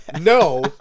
No